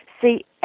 See